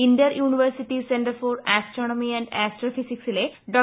Inter university centre for പൂനെയിലെ astronomy and astro ഫിസിക്സിലെ ഡോ